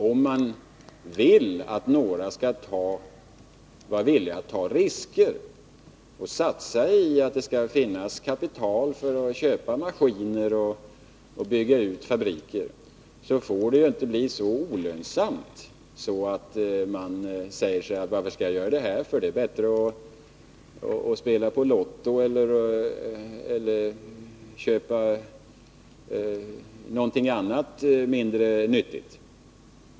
Om vi vill att folk skall vara villiga att ta risker och satsa kapital för att göra det möjligt för företagen att köpa maskiner och bygga ut fabriker, får detta inte vara så olönsamt att man frågar sig varför man skall satsa kapital på detta; det är bättre att spela på lotto eller att köpa någonting som är mindre nyttigt.